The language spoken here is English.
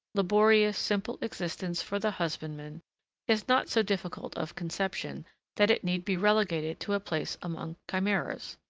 laborious, simple existence for the husbandman is not so difficult of conception that it need be relegated to a place among chimeras.